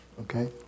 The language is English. okay